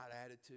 attitude